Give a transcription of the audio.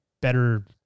better